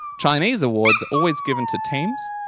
chinese awards are always given to teams,